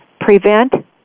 Prevent